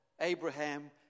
Abraham